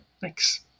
Thanks